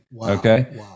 Okay